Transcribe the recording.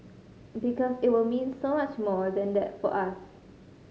because it will mean so much more than that for us